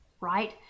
right